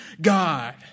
God